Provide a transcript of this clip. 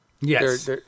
Yes